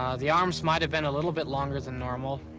the arms might have been a little bit longer than normal.